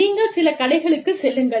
நீங்கள் சில கடைகளுக்குச் செல்லுங்கள்